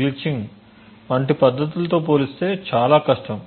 గ్లిచింగ్వంటి పద్ధతులతో పోలిస్తే చాలా కష్టం